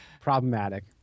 Problematic